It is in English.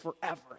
forever